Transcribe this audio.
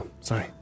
Sorry